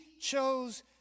chose